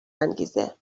انگیزه